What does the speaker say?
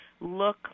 look